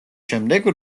შემდეგ